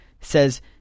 says